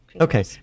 Okay